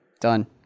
Done